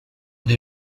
dei